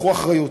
קחו אחריות.